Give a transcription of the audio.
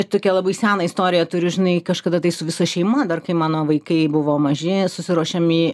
tokią labai seną istoriją turiu žinai kažkada tai su visa šeima dar kai mano vaikai buvo maži susiruošėm į